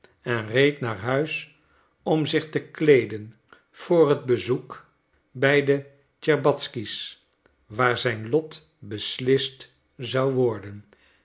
en reed naar huis om zich te kleeden voor het bezoek bij de tscherbatzky's waar zijn lot beslist zou worden